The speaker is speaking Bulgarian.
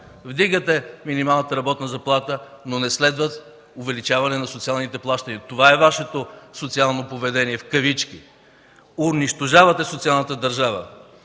Вдигате минималната работна заплата, но не следва увеличаване на социалните плащания. Това е Вашето „социално поведение”. Унищожавате социалната държава.